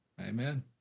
Amen